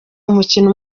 umukino